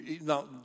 now